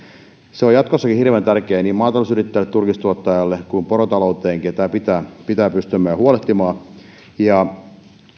se on jatkossakin hirveän tärkeää niin maatalousyrittäjälle turkistuottajalle kuin porotaloudellekin ja tämä pitää pystyä meidän huolehtimaan siellä